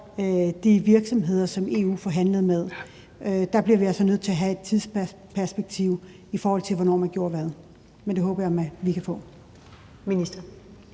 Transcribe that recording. de virksomheder, som EU forhandlede med. Der bliver vi altså nødt til have et tidsperspektiv, i forhold til hvornår man gjorde hvad, og det håber jeg vi kan få.